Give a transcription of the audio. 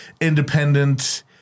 independent